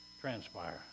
transpire